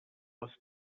was